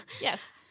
Yes